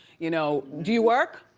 you know. do you work?